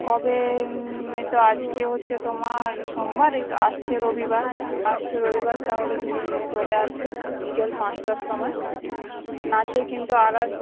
কবে এই তো আজকে হচ্ছে তোমার সোমবার এই তো আসছে রবিবার আসছে রবিবার তাহলে তুমি চলে আসবে বিকেল পাঁচটার সময়ে নাচে কিন্তু